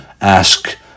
ask